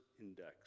index